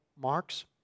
Mark's